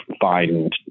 find